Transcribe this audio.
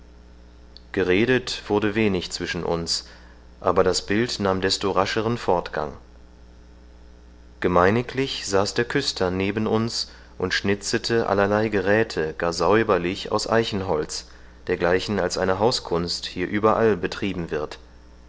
geredet wurde wenig zwischen uns aber das bild nahm desto rascheren fortgang gemeiniglich saß der küster neben uns und schnitzete allerlei geräthe gar säuberlich aus eichenholz dergleichen als eine hauskunst hier überall betrieben wird